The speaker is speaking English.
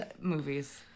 movies